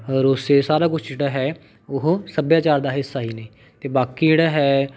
ਰੋਸੇ ਸਾਰਾ ਕੁਛ ਜਿਹੜਾ ਹੈ ਉਹ ਸੱਭਿਆਚਾਰ ਦਾ ਹਿੱਸਾ ਹੀ ਨੇ ਅਤੇ ਬਾਕੀ ਜਿਹੜਾ ਹੈ